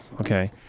Okay